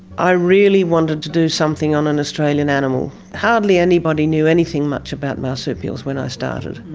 i really wanted to do something on an australian animal. hardly anybody knew anything much about marsupials when i started.